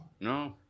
No